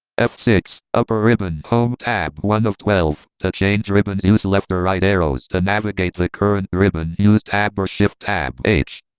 f six, upper ribbon, home tab one of twelve to change ribbons, use left or right arrows to navigate the current ribbon use tab or shift tab h,